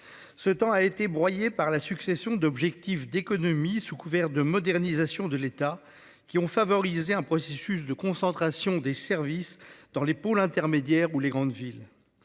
Ce temps a été broyé par la succession d'objectifs d'économie sous couvert de modernisation de l'État qui ont favorisé un processus de concentration des services dans les épaule intermédiaire ou les grandes villes.